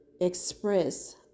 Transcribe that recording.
express